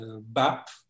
BAP